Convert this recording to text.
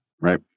Right